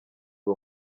uwo